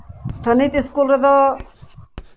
ᱛᱷᱟᱱᱤᱛ ᱥᱠᱩᱞ ᱨᱮᱫᱚ